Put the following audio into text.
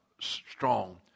strong